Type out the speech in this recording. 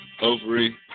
ovary